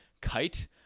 kite